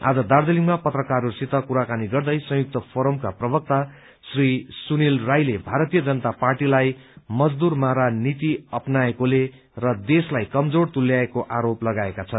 आज दार्जीलिङमा पत्रकारहस्वसित कुराकानी गर्दै संयुक्त फोरमका प्रवक्ता श्री सुनिल राईले भारतीय जनता पार्टीलाई मजदूर मारा नीति अप्नाएकोले र देशलाई कमजोर तुल्याएको आरोप लगाएका छन्